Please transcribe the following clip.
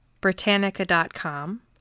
Britannica.com